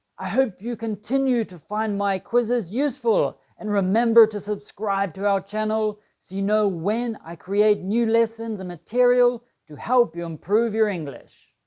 i hope you continue to find my quizzes useful and remember to subscribe to our channel so you know when i create new lessons and material to help you improve your english.